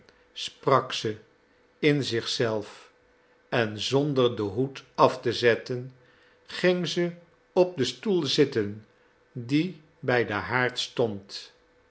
sprak ze in zich zelf en zonder den hoed af te zetten ging ze op den stoel zitten die bij den haard stond